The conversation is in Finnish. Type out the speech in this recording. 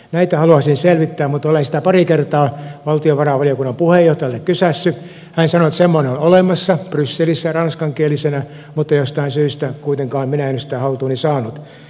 näitä haluaisin selvittää mutta kun olen sitä pari kertaa valtiovarainvaliokunnan puheenjohtajalta kysäissyt hän sanoi että semmoinen on olemassa brysselissä ranskankielisenä mutta jostain syystä kuitenkaan minä en ole sitä haltuuni saanut